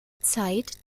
zeit